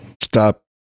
Stop